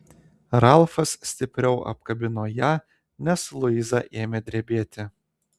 ralfas stipriau apkabino ją nes luiza ėmė drebėti